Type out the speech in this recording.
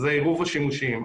זה עירוב השימושים.